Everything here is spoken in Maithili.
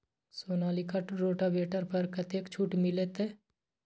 सोनालिका रोटावेटर पर कतेक छूट मिलते?